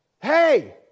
Hey